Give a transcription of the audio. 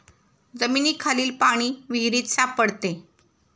जमिनीखालील पाणी विहिरीत सापडते